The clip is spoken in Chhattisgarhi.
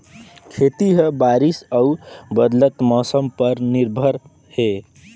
खेती ह बारिश अऊ बदलत मौसम पर निर्भर हे